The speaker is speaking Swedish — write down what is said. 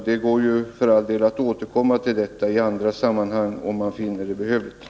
Det går för all del att återkomma till detta i andra sammanhang, om så skulle behövas.